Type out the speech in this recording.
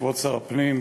כבוד שר הפנים,